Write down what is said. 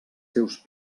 seus